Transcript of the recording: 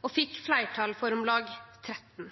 og fekk fleirtal for om lag 13.